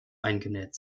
eingenäht